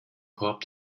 korb